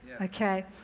Okay